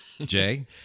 Jay